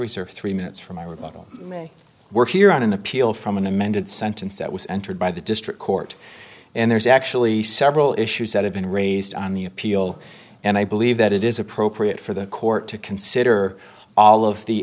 research three minutes for my rebuttal work here on an appeal from an amended sentence that was entered by the district court and there's actually several issues that have been raised on the appeal and i believe that it is appropriate for the court to consider all of the